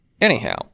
Anyhow